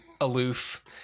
aloof